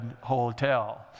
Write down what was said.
hotel